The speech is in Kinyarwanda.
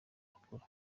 makuru